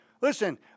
Listen